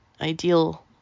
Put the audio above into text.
ideal